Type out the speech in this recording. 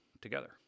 together